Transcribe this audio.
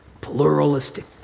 pluralistic